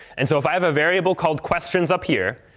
and so if i have a variable called questions up here,